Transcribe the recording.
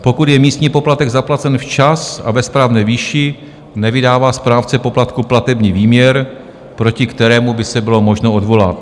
Pokud je místní poplatek zaplacen včas a ve správné výši, nevydává správce poplatku platební výměr, proti kterému by se bylo možno odvolat.